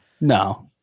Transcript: No